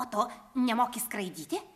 o tu nemoki skraidyti